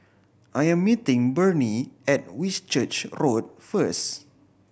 I am meeting Burney at Whitchurch Road first